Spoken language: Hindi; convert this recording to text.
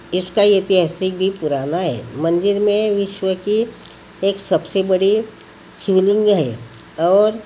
इसका ऐतिहासिक भी पुराना है इस मंदिर में विश्व की एक सब से बड़ा शिवलिंग है और